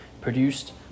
produced